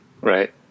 Right